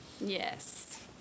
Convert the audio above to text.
Yes